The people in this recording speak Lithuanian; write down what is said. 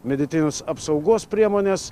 medicinos apsaugos priemones